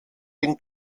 den